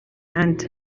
اند